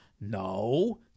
No